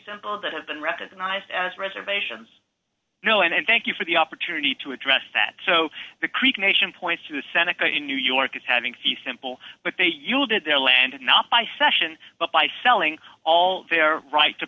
symbol that have been recognized as reservations no and thank you for the opportunity to address that so the creek nation points to the senate in new york is having the simple but they yielded their land not by session but by selling all their right to